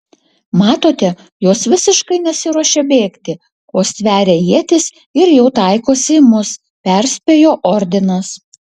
matote jos visai nesiruošia bėgti o stveria ietis ir jau taikosi į mus perspėjo ordinas